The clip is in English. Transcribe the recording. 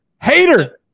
Hater